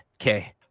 Okay